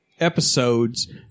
episodes